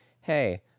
Hey